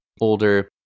older